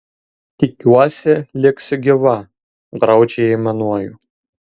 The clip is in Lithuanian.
tikiuosi liksiu gyva graudžiai aimanuoju